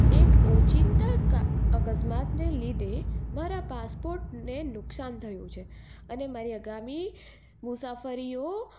એક ઓચિંતા અકસ્માતને લીધે મારા પાસપોર્ટને નુકસાન થયું છે અને મારી આગામી મુસાફરીઓ